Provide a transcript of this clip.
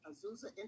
Azusa